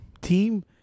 team